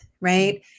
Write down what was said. right